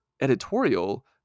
editorial